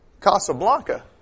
Casablanca